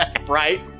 Right